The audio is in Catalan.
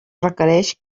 requereix